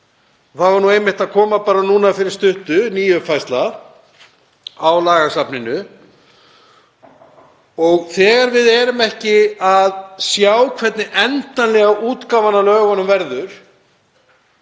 Það var einmitt að koma bara núna fyrir stuttu ný uppfærsla á lagasafninu. Þegar við höfum ekki hvernig endanlega útgáfan á lögunum verður